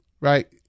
right